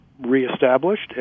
reestablished